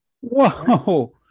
Whoa